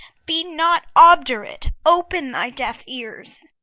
be not obdurate, open thy deaf ears.